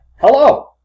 Hello